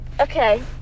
Okay